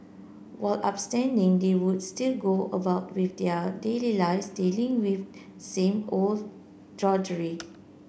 while abstaining they would still go about with their daily lives dealing with same old drudgery